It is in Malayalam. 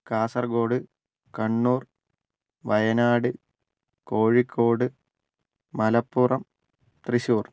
കാസർഗോഡ് കണ്ണൂർ വയനാട് കോഴിക്കോട് മലപ്പുറം തൃശ്ശുർ